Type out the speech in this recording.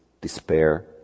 despair